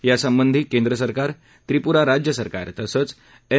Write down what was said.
यासंबंधी केंद्र सरकार त्रिपूरा राज्य सरकार ीणि तसंच एन